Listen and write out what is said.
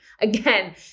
Again